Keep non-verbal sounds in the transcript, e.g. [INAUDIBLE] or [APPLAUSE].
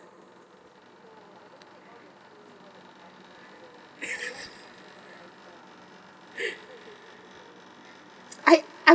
[LAUGHS] I I'm